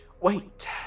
Wait